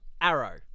Arrow